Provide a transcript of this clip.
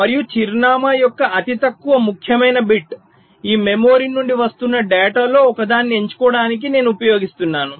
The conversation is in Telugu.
మరియు చిరునామా యొక్క అతి తక్కువ ముఖ్యమైన బిట్ ఈ మెమరీ నుండి వస్తున్న డేటాలో ఒకదాన్ని ఎంచుకోవడానికి నేను ఉపయోగిస్తున్నాను